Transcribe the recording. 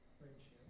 friendship